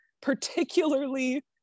particularly